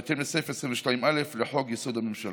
בהתאם לסעיף 22(א) לחוק-יסוד הממשלה.